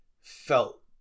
felt